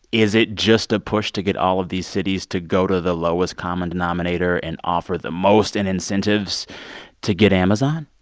is it just a push to get all of these cities to go to the lowest common denominator and offer the most in incentives to get amazon?